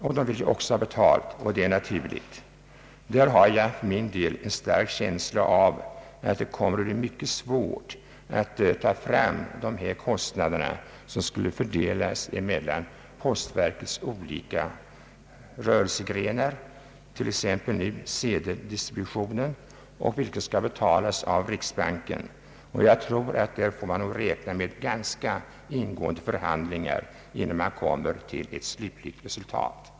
Den vill också ha betalt, och det är naturligt. Jag har en stark känsla av att det skulle bli mycket svårt att ta fram dessa kostnader, som skulle fördelas mellan postverkets olika rörelsegrenar — t.ex. sedeldistributionen, som skall betalas av riksbanken. Man får därvidlag räkna med ganska ingående förhandlingar innan man når ett slutligt resultat.